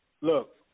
look